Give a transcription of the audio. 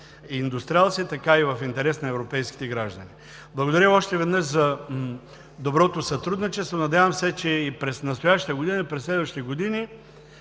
индустриалци, така и в интерес на европейските граждани. Благодаря Ви още веднъж за доброто сътрудничество. Надявам се, че и през настоящата и през следващите години